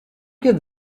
get